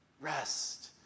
Rest